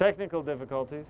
technical difficulties